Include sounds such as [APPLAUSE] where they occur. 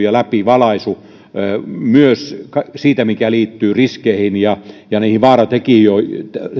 [UNINTELLIGIBLE] ja läpivalaisu myös siitä mikä liittyy riskeihin ja ja niihin vaaratekijöihin